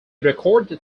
recorded